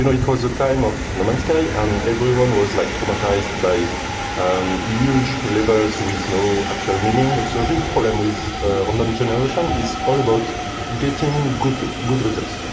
it was a time of no man's sky and everyone was, like, traumatized by um huge levels with no actual meaning. the so real problem with random generation is all about getting good good results.